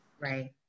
Right